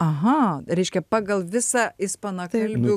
aha reiškia pagal visą ispanakalbių